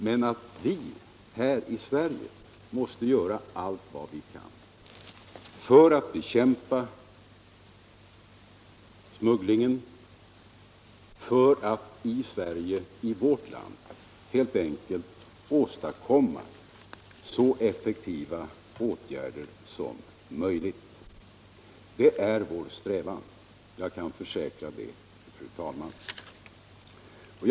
Men att vi här i Sverige måste göra allt vad vi kan för att bekämpa smugglingen och för att åstadkomma så effektiva vårdåtgärder som möjligt — det är vi medvetna om och det är vår strävan.